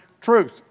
truth